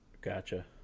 Gotcha